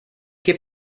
che